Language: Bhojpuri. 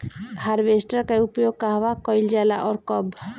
हारवेस्टर का उपयोग कहवा कइल जाला और कब?